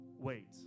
wait